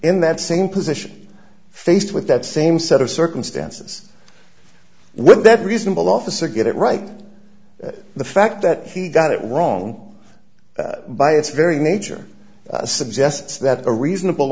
in that same position faced with that same set of circumstances with that reasonable officer get it right the fact that he got it wrong by its very nature suggests that a reasonable